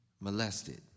Molested